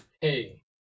Hey